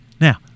Now—